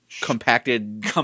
compacted